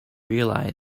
realise